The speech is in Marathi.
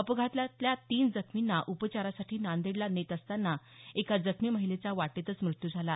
अपघातातल्या तीन जखमींना उपचारासाठी नांदेडला नेत असताना एका जखमी महिलेचा वाटेतच मृत्यू झाला